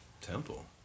Temple